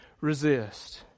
resist